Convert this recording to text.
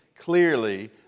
clearly